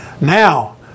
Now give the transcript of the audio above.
Now